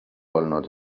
olnud